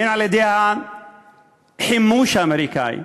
הן על-ידי החימוש האמריקני,